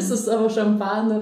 su savo šampanu